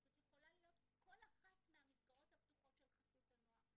זו יכולה להיות כל אחת מהמסגרות הפתוחות של חסות הנוער.